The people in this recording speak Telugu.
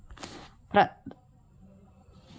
ప్రధాన మంత్రి జన్ ధన్ యోజన స్కీమ్స్ కి అప్లయ్ చేసుకోవడం ఎలా?